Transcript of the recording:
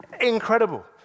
incredible